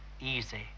easy